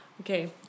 Okay